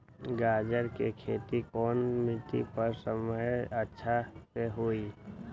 गाजर के खेती कौन मिट्टी पर समय अच्छा से होई?